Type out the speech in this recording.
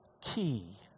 Key